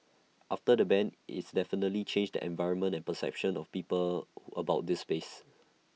after the ban its definitely changed the environment and perception of people about this space